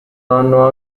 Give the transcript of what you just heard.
hanno